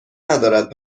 ندارد